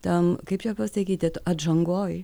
tam kaip čia pasakyti atžangoj